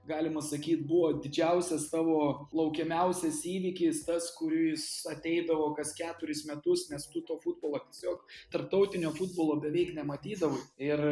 galima sakyt buvo didžiausias tavo laukiamiausias įvykis tas kuris ateidavo kas keturis metus nes tu to futbolo tiesiog tarptautinio futbolo beveik nematydavai ir